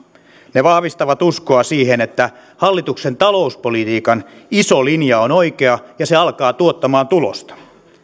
ne vahvistavat uskoa siihen että hallituksen talouspolitiikan iso linja on oikea ja se alkaa tuottamaan tulosta